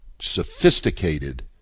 sophisticated